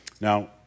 Now